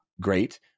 great